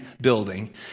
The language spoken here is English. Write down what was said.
building